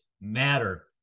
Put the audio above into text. matter